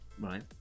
right